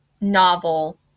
novel